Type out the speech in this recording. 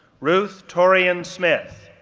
ruth torian smith,